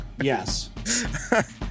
Yes